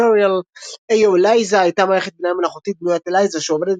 tutorial AOLiza הייתה מערכת בינה מלאכותית דמוית ELIZA שעובדת